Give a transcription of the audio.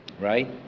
Right